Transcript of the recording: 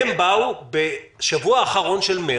הם באו בשבוע האחרון של מרץ,